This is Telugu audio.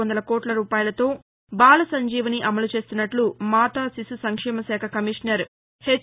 వందల కోట్ల రూపాయలతో బాలసంజీవని అమలు చేస్తున్నట్లు మాతాశిశు సంక్షేమశాక కమీషనర్ హెచ్